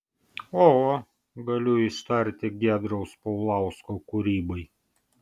oho galiu ištarti giedriaus paulausko kūrybai